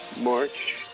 March